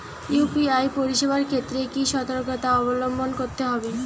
UPI পরিসেবার ক্ষেত্রে কি সতর্কতা অবলম্বন করতে হবে?